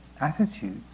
attitudes